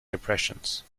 depressions